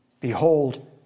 behold